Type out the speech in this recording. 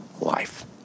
life